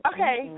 Okay